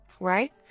Right